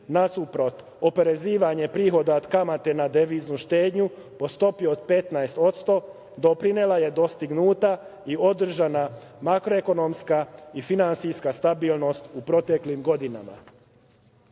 nasuprot oporezivanju prihoda od kamate na deviznu štednju po stopi od 15 %, doprinela je dostignutoj i održanoj makroeonomskoj i finansijskoj stabilnosti u proteklim godinama.